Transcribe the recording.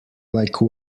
like